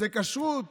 כשרות